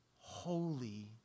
holy